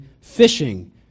fishing